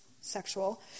sexual